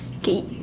okay